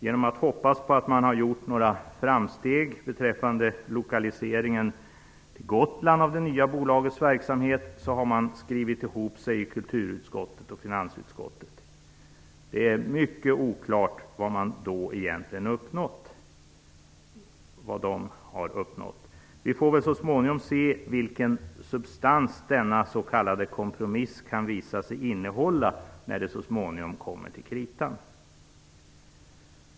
Genom att hoppas på att man gjort framsteg beträffande lokaliseringen till Gotland av det nya bolagets verksamhet har man skrivit ihop sig i kulturutskottet och finansutskottet. Det är mycket oklart vad man egentligen har uppnått. Vi får väl så småningom se vilken substans denna s.k. kompromiss kan visa sig innehålla när det kommer till kritan.